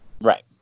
Right